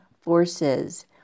forces